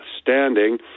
standing